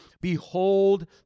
Behold